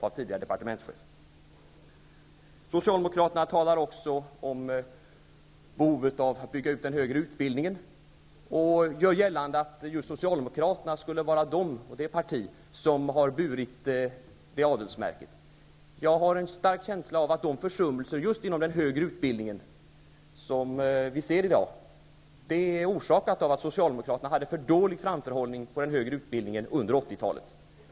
Socialdemokraterna talar också om behovet av att bygga ut den högre utbildningen och gör gällande att just Socialdemokraterna skulle vara det parti som har burit det adelsmärket. Jag har en stark känsla av att de försummelser, just inom den högre utbildningen, som vi ser i dag är orsakade av att Socialdemokraterna hade för dålig framförhållning för den högre utbildningen under 80-talet.